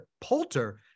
Poulter